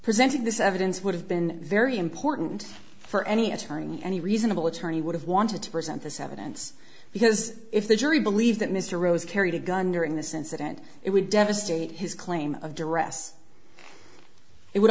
presenting this evidence would have been very important for any attorney any reasonable attorney would have wanted to present this evidence because if the jury believed that mr rose carried a gun during this incident it would devastate his claim of duress it would